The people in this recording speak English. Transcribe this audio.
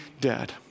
dead